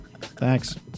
Thanks